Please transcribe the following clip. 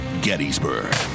Gettysburg